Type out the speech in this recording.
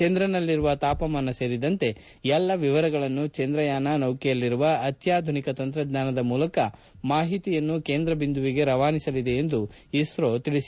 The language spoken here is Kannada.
ಚಂದ್ರನಲ್ಲಿರುವ ತಾಪಮಾನ ಸೇರಿದಂತೆ ಎಲ್ಲಾ ವಿವರಗಳನ್ನು ಚಂದ್ರಯಾನ ನೌಕೆಯಲ್ಲಿರುವ ಅತ್ಯಾಧುನಿಕ ತಂತ್ರಜ್ಞಾನದ ಮೂಲಕ ಮಾಹಿತಿಯನ್ನು ಕೇಂದ್ರ ಬಿಂದುಗೆ ರವಾನಿಸಲಿದೆ ಎಂದು ಇಸ್ತೋ ತಿಳಿಸಿದೆ